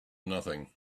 nothing